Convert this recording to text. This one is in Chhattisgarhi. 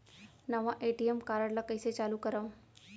नवा ए.टी.एम कारड ल कइसे चालू करव?